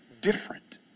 different